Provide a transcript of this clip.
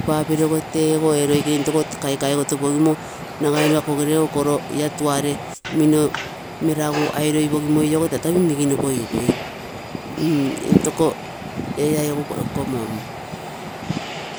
Papiroge teego ee loikene kaikaigotopogimo nagai nno akogerego koro, ia tuare minno meragu airogimoi ogo tata minmiginopogui mm, intoko ee egu komon.